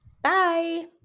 Bye